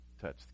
touch